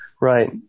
Right